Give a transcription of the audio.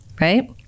Right